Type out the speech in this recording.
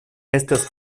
estas